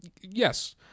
Yes